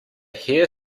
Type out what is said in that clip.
hare